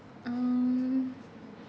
um